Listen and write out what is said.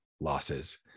losses